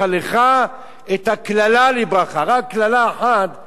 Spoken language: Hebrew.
את הקללה לברכה", רק קללה אחת נשארה ברכה.